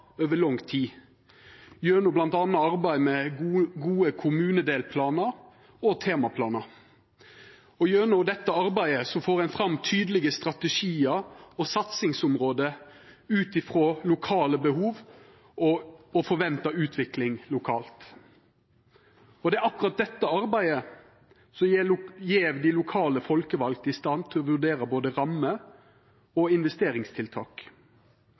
over lang tid, gjennom bl.a. arbeid med gode kommunedelplanar og temaplanar. Gjennom dette arbeidet får ein fram tydelege strategiar og satsingsområde ut frå lokale behov og forventa utvikling lokalt. Det er akkurat dette arbeidet som gjer dei lokale folkevalde i stand til å vurdera både rammer og investeringstiltak.